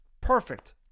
Perfect